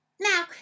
now